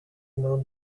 non